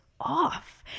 off